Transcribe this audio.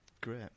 Great